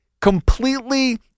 completely